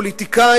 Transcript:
פוליטיקאים.